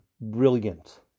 brilliant